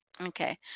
Okay